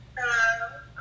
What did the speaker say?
Hello